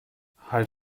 halt